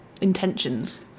intentions